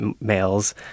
males